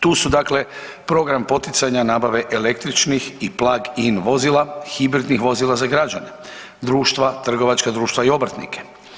Tu su dakle program poticanja nabave električnih i plug-in vozila, hibridnih vozila za građane, društva, trgovačka društva i obrtnike.